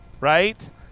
right